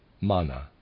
mana